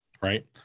right